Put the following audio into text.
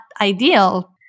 ideal